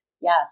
Yes